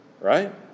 Right